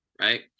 right